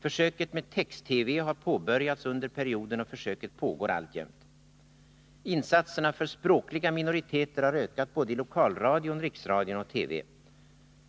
Försöket med text-TV har påbörjats under perioden, och försöket pågår alltjämt. Insatserna för språkliga minoriteter har ökat i både lokalradion, riksradion och televisionen.